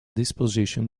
disposition